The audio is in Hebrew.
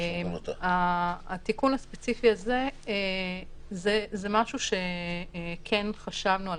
התיקון הספציפי הזה זה משהו שכן חשבנו עליו.